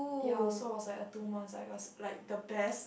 ya so it was like a two months it was like the best